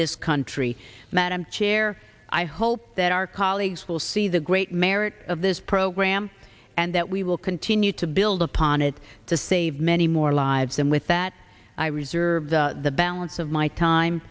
this country madam chair i hope that our colleagues will see the great merit of this program and that we will continue to build upon it to save many more lives and with that i reserve the balance of my time